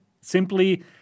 simply